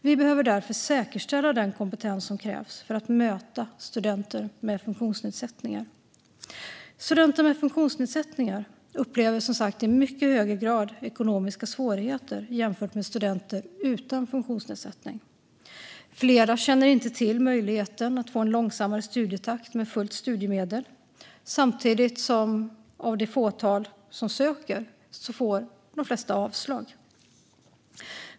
Vi behöver därför säkerställa den kompetens som krävs för att möta studenter med funktionsnedsättningar. Studenter med funktionsnedsättning upplever som sagt i mycket högre grad ekonomiska svårigheter jämfört med studenter utan funktionsnedsättning. Flera känner inte till möjligheten att få en långsammare studietakt med fullt studiemedel, samtidigt som de flesta av det fåtal som söker får avslag.